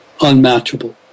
unmatchable